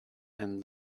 and